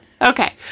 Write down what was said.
okay